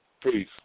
Please